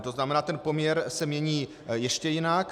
To znamená, ten poměr se mění ještě jinak.